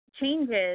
changes